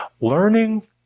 learning